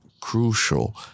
crucial